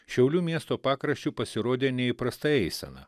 šiaulių miesto pakraščiu pasirodė neįprasta eisena